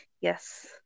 Yes